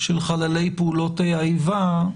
של חללי פעולות האיבה,